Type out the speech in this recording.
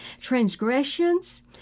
Transgressions